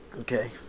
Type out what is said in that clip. Okay